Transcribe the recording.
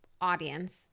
audience